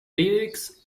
lyrics